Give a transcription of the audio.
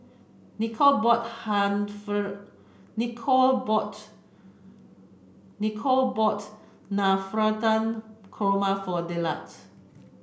Nicolle bought Nicolle bought Nicolle bought Navratan Korma for Dillard